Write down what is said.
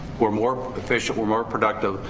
we're more efficient, we're more productive,